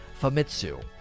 Famitsu